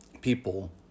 people